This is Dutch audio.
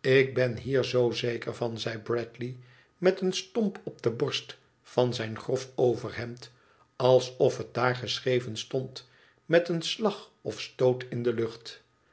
ik ben er hier zoo zeker van zei bradley met een stomp op de bont van zijn grof overhemd i alsof het ddr geschreven stond met een slag of stoot in de lucht